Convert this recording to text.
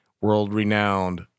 world-renowned